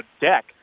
deck